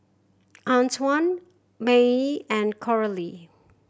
Antwan Mattye and Coralie